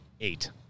Eight